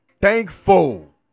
thankful